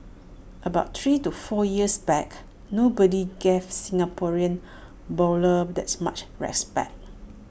about three to four years back nobody gave Singaporean bowlers that much respect